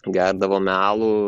gerdavome alų